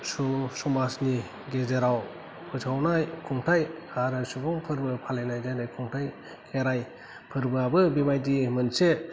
समाजनि गेजेराव फोसावनाय खुंथाय आरो सुबुं फोर्बो फालिनाय जायनाय खुंथाय खेराय फोरबोआबो बेबायदि मोनसे